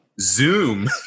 Zoom